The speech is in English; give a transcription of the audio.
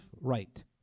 right